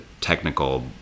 technical